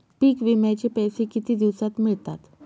पीक विम्याचे पैसे किती दिवसात मिळतात?